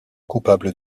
coupable